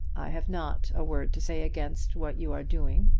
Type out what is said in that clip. i have not a word to say against what you are doing,